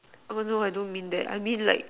oh no I don't mean that I mean like